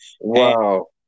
Wow